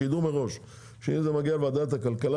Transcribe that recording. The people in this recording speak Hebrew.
שידעו מראש שאם זה מגיע לוועדת הכלכלה